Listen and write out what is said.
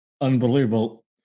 Unbelievable